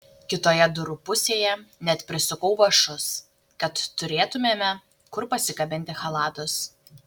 kitoje durų pusėje net prisukau vąšus kad turėtumėme kur pasikabinti chalatus